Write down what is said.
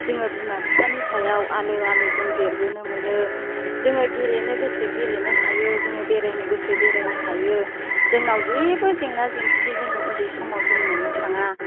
जोङो बिमा बिफानि सायाव आलो आलो जों देरबोनो मोनो जोङो गेलेनो गोसो गेलेनो हायो जोङो बेरायनो गोसो बेरायनो हायो जोंनाव जेबो जेंना जेंसि जोङो उन्दै समाव जों मोननो थाङा